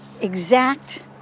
exact